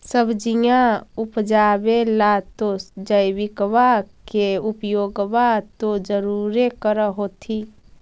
सब्जिया उपजाबे ला तो जैबिकबा के उपयोग्बा तो जरुरे कर होथिं?